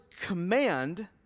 command